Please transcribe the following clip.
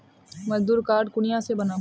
मजदूर कार्ड कुनियाँ से बनाम?